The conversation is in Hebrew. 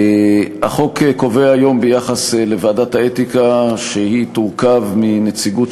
החוק קובע היום ביחס לוועדת האתיקה שהיא תורכב מנציגות